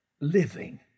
living